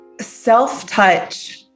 self-touch